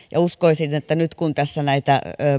uskoisin että nyt kun tässä näitä